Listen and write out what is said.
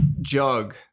jug